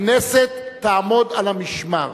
הכנסת תעמוד על המשמר.